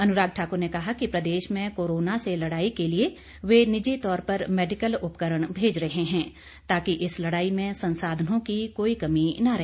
अनुराग ठाकुर ने कहा कि प्रदेश में कोरोना से लड़ाई के लिए वह निजी तौर पर मेडिकल उपकरण भेज रहे हैं ताकि इस लड़ाई में संसाधनों की कोई कमी न रहे